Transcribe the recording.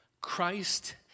Christ